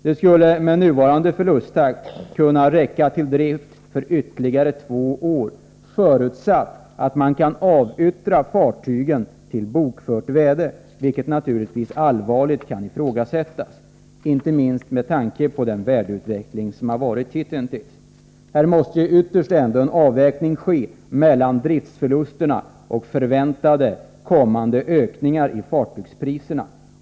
Det skulle med nuvarande förlusttakt räcka till drift under ytterligare ca två år, förutsatt att fartygen kan avyttras till bokförda värden, vilket naturligtvis allvarligt kan ifrågasättas, inte minst med tanke på hittillsvarande värdeutveckling. Här måste ändå en avvägning ske mellan driftförlusterna och förväntade kommande ökningar av fartygspriserna.